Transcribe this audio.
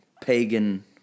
pagan